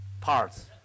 parts